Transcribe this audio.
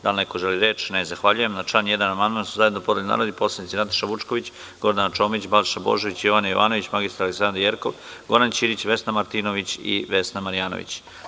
Da li neko želi reč? (Ne) Na član 1. amandman su zajedno podneli narodni poslanici Nataša Vučković, Gordana Čomić, Balša Božović, Jovana Jovanović, magistar Aleksandra Jerkov, Goran Ćirić, Vesna Martinović i Vesna Marjanović.